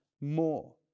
more